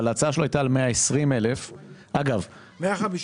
אבל ההצעה שלו הייתה על 120,000. ההצעה